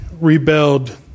rebelled